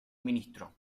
ministro